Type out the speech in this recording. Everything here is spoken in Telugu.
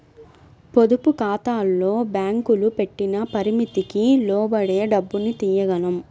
పొదుపుఖాతాల్లో బ్యేంకులు పెట్టిన పరిమితికి లోబడే డబ్బుని తియ్యగలం